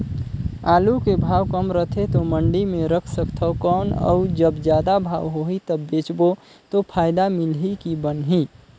आलू के भाव कम रथे तो मंडी मे रख सकथव कौन अउ जब जादा भाव होही तब बेचबो तो फायदा मिलही की बनही?